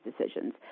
decisions